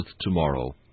tomorrow